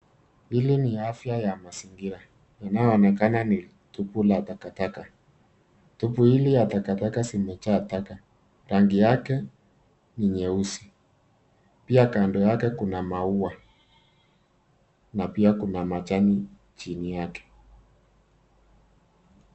Hili ni afya ya mazingira, inayoonekana ni tupu la takataka. Tupu hili ya takataka zimejaa taka. Rangi yake ni nyeusi. Pia kando yake kuna maua na pia kuna majani chini yake.